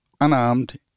unarmed